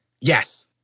yes